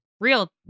real